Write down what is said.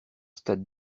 stade